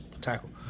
tackle